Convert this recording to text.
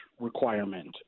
requirement